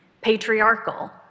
patriarchal